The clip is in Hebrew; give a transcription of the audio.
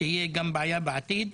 תהיה גם בעיה בעתיד.